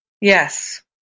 Yes